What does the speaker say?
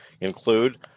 include